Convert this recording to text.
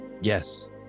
Yes